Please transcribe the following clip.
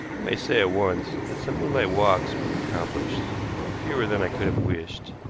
i may say at once that some moonlight walks were accomplished, though fewer than i could have wished,